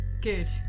good